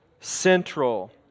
central